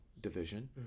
division